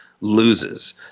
loses